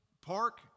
park